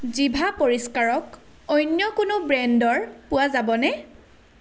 জিভা পৰিষ্কাৰক অন্য কোনো ব্ৰেণ্ডৰ পোৱা যাবনে